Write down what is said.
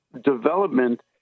development